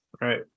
right